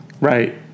Right